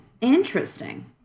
interesting